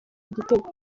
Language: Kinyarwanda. igitego